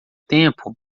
tempo